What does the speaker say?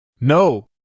No